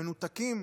מנותקים,